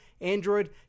Android